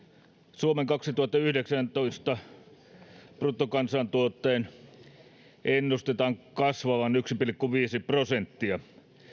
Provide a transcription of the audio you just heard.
suomen vuoden kaksituhattayhdeksäntoista bruttokansantuotteen ennustetaan kasvavan yksi pilkku viisi prosenttia